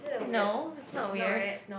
no it's not weird